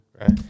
right